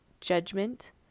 judgment